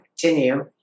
continue